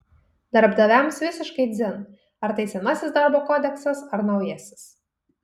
darbdaviams visiškai dzin ar tai senasis darbo kodeksas ar naujasis